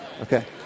Okay